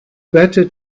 better